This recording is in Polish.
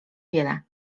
wiele